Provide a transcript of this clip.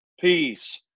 peace